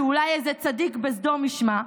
שאולי איזה צדיק בסדום ישמע,